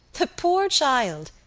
the poor child!